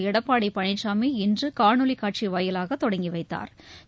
எடப்பாடி பழனிசாமி இன்று காணொலி ஷட்சி வாயிலாக தொடங்கி வைத்தாா்